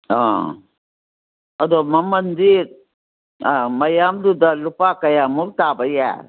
ꯑꯥ ꯑꯗꯣ ꯃꯃꯟꯗꯤ ꯑꯥ ꯃꯌꯥꯝꯗꯨꯗ ꯂꯨꯄꯥ ꯀꯌꯥꯃꯨꯛ ꯇꯥꯕ ꯌꯥꯏ